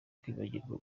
kwibagirwa